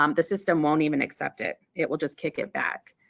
um the system won't even accept it. it will just kick it back.